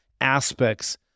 aspects